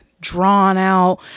drawn-out